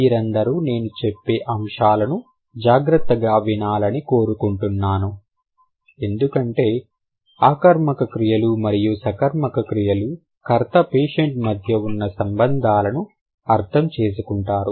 మీరందరూ నేను చెప్పే అంశాలను జాగ్రత్తగా వినాలని కోరుకుంటున్నాను ఎందుకంటే ఆకర్మక క్రియలు మరియు సకర్మక క్రియలు కర్త పేషెంట్ మధ్య ఉన్న సంబంధాలను అర్థం చేసుకుంటారు